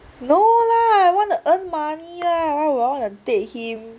no lah want to earn money lah why will I want to date him